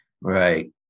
Right